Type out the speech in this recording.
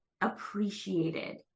appreciated